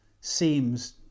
seems